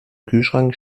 kühlschrank